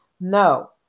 No